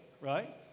right